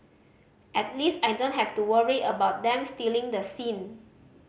at least I don't have to worry about them stealing the scene